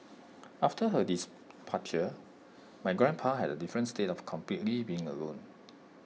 after her my grandpa had A different state of completely being alone